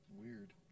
weird